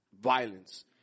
violence